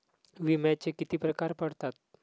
विम्याचे किती प्रकार पडतात?